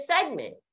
segment